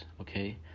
Okay